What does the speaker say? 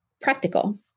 practical